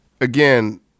Again